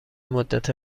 مدت